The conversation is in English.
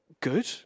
good